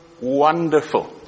wonderful